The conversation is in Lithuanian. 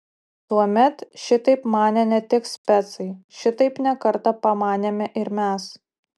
tuomet šitaip manė ne tik specai šitaip ne kartą pamanėme ir mes